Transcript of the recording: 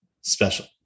special